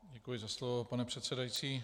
Děkuji za slovo, pane předsedající.